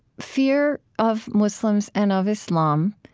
fear of muslims, and of islam,